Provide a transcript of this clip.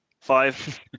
Five